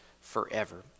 forever